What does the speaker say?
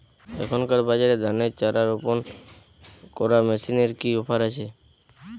এখনকার বাজারে ধানের চারা রোপন করা মেশিনের কি অফার আছে?